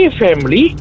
family